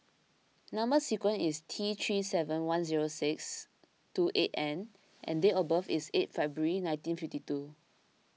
Number Sequence is T three seven one zero six two eight N and date of birth is eight February nineteen fifty two